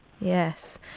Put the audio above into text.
Yes